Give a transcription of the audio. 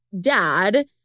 dad